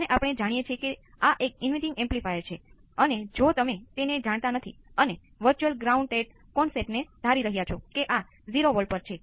હવે આપણે જાણીએ છીએ તે તમામ કિસ્સામાં થોડા સમય પછી ફેરફાર કરવામાં આવશે